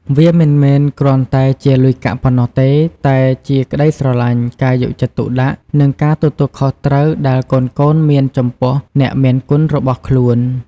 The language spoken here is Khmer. វាមិនមែនគ្រាន់តែជាលុយកាក់ប៉ុណ្ណោះទេ តែជាក្ដីស្រឡាញ់ ការយកចិត្តទុកដាក់ និងការទទួលខុសត្រូវដែលកូនៗមានចំពោះអ្នកមានគុណរបស់ខ្លួន។